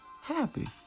happy